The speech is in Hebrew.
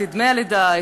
את דמי הלידה,